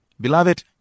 Beloved